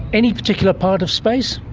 any particular part of space?